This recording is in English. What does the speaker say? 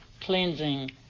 cleansing